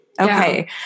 Okay